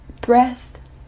breath